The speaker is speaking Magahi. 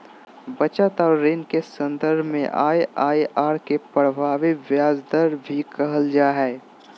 बचत और ऋण के सन्दर्भ में आइ.आइ.आर के प्रभावी ब्याज दर भी कहल जा हइ